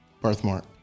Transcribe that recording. Birthmark